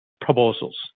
proposals